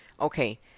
okay